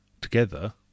Together